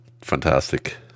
fantastic